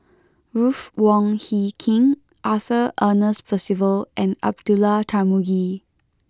Ruth Wong Hie King Arthur Ernest Percival and Abdullah Tarmugi